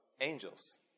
Angels